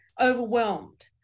overwhelmed